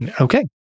Okay